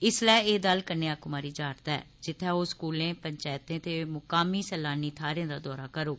इस्सलै एह दल कन्याकुमारी जा'रदा ऐ जित्थे ओह स्कूलें पंचायतें ते मुकामी सैलानी थाहरे दा दौरा करूग